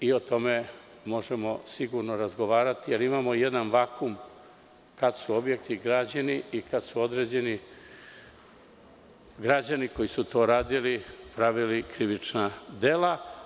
O tome možemo sigurno razgovarati, jer imamo jedan vakum kada su objekti građeni i kada su određeni građani, koji su to radili, pravili krivična dela.